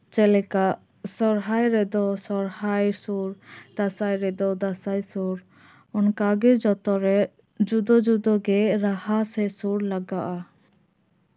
ᱡᱮᱞᱮᱠᱟ ᱥᱚᱦᱨᱟᱭ ᱨᱮᱫᱚ ᱥᱚᱦᱚᱨᱟᱭ ᱥᱩᱨ ᱫᱟᱸᱥᱟᱭ ᱨᱮᱫᱚ ᱫᱟᱸᱥᱟᱭ ᱥᱩᱨ ᱚᱱᱠᱟᱜᱮ ᱡᱚᱛᱚᱨᱮ ᱡᱩᱫᱟᱹ ᱡᱩᱫᱟᱹᱜᱮ ᱨᱟᱦᱟ ᱥᱮ ᱥᱩᱨ ᱞᱟᱜᱟᱜᱼᱟ